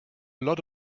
lot